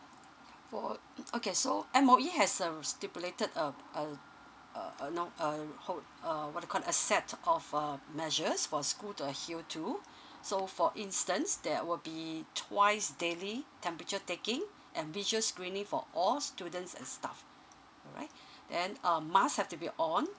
for mm okay so M_O_E has a r~ stipulated uh uh uh uh know uh whole uh what do you call that a set of uh measures for a school to adhere to so for instance that will be twice daily temperature taking admissions screening for all students and staff alright then uh mask have to be on